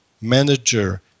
manager